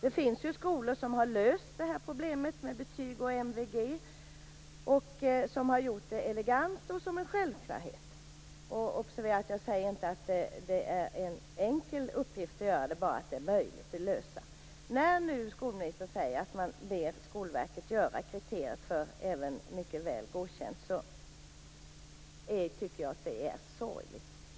Det finns skolor som har löst problemet med betyg och MVG elegant och som en självklarhet. Observera att jag inte säger att det är en enkel uppgift, bara att det är möjligt. Skolministern säger nu att Skolverket skall få i uppgift att utarbeta kriterier även för betyget Mycket väl godkänd, och jag tycker att det är sorgligt.